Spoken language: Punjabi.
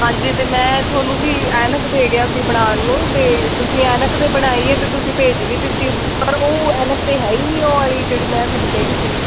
ਹਾਂਜੀ ਅਤੇ ਮੈਂ ਤੁਹਾਨੂੰ ਜੀ ਐਨਕ ਦੇ ਗਿਆ ਸੀ ਬਣਾਉਣ ਨੂੰ ਅਤੇ ਤੁਸੀਂ ਐਨਕ ਦੇ ਬਣਾਈ ਹੈ ਅਤੇ ਤੁਸੀਂ ਭੇਜ ਵੀ ਦਿੱਤੀ ਪਰ ਉਹ ਐਨਕ ਤਾਂ ਹੈ ਹੀ ਨਹੀਂ ਉਹ ਵਾਲੀ ਜਿਹੜੀ ਮੈਂ ਤੁਹਾਨੂੰ ਕਹੀ ਸੀ